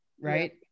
right